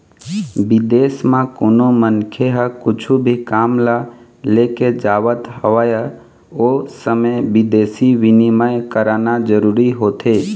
बिदेस म कोनो मनखे ह कुछु भी काम ल लेके जावत हवय ओ समे बिदेसी बिनिमय कराना जरूरी होथे